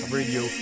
Radio